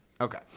Okay